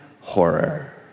horror